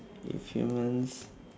if humans